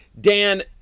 Dan